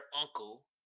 uncle